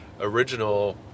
original